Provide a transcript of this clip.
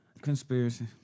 conspiracy